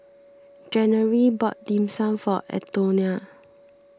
January bought Dim Sum for Antonia